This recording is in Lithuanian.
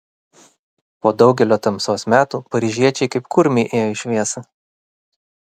po daugelio tamsos metų paryžiečiai kaip kurmiai ėjo į šviesą